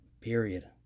Period